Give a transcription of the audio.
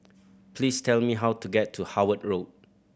please tell me how to get to Howard Road